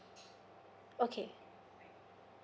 okay